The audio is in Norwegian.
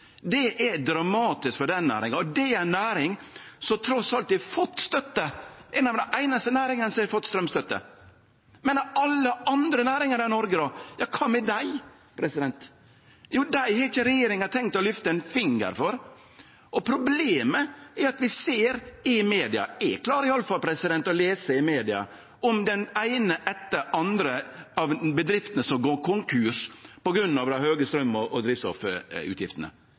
Det er dramatisk for næringa, og det er ei næring som trass i alt har fått støtte – det er vel den einaste næringa som har fått straumstøtte. Men alle andre næringar i Noreg då – kva med dei? Dei har ikkje regjeringa tenkt å lyfte ein finger for. Problemet er at vi ser i media – eg klarer iallfall å lese i media – at den eine etter den andre av bedriftene går konkurs på grunn av dei høge straum- og